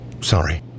Sorry